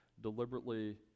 deliberately